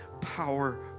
power